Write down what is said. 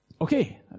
Okay